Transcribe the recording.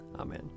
Amen